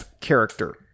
character